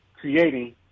creating